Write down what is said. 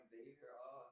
Xavier